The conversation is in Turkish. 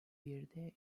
birde